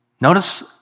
Notice